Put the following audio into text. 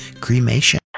cremation